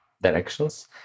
directions